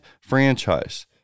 franchise